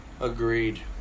Agreed